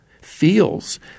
feels